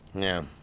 yeah,